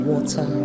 Water